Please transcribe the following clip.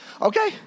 Okay